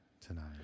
tonight